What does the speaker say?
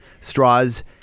Straws